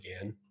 again